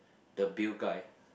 the Bill guy